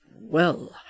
Well